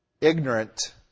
ignorant